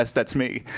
that's that's me.